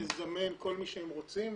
לזמן כל מי שהם רוצים.